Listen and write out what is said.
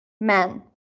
men